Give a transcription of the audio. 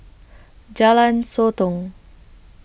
Jalan Sotong